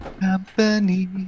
company